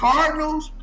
Cardinals